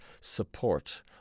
support